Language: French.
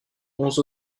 onze